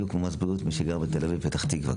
בדיוק כמו מס בריאות של מי שגר בתל אביב ובפתח תקווה,